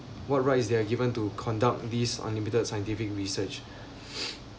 what rights they are given to conduct these unlimited scientific research